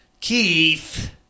Keith